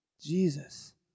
Jesus